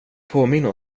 påminna